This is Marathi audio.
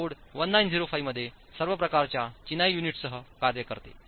कोड 1905 मध्ये सर्व प्रकारच्या चिनाई युनिट्ससह कार्य करते